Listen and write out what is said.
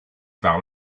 par